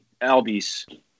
Albies